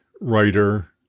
writer